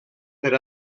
per